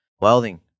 Welding